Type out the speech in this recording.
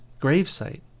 gravesite